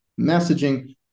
messaging